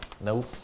Nope